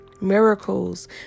Miracles